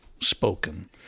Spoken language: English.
spoken